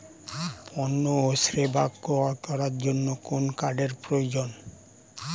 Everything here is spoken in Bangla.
পণ্য ও সেবা ক্রয় করার জন্য কোন কার্ডের প্রয়োজন?